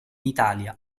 italia